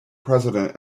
president